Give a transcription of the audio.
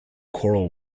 choral